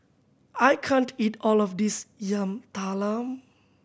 I can't eat all of this Yam Talam